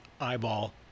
eyeball